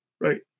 right